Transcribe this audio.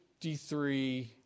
53